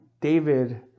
David